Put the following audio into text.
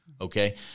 okay